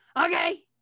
okay